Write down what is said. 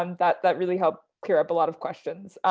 um that that really helped clear up a lot of questions.